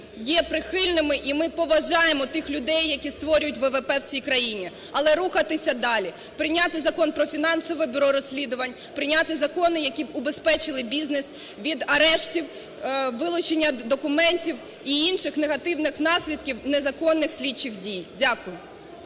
є прихильними, і ми поважаємо тих людей, які створюють ВВП в цій країні. Але рухатися далі: прийняти Закон про фінансове бюро розслідувань, прийняти закони, які б убезпечили бізнес від арештів, вилучення документів і інших негативних наслідків незаконних слідчих дій. Дякую.